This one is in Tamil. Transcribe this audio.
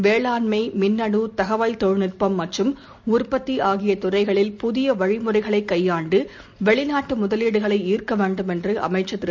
வேளாண்மை மின்னணு தகவல் தொழில்நுட்பம் மற்றும் உற்பத்தி ஆகிய துறைகளில் புதிய வழிமுறைகளைக் கையாண்டு வெளிநாட்டு முதலீடுகளை ஈர்க்கவேண்டும் என்று அமைச்சர் திரு